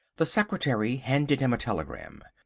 the secretary handed him a telegram.